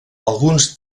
alguns